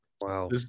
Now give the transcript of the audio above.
Wow